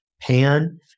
pan